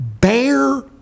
bear